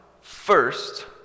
first